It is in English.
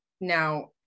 now